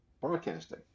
broadcasting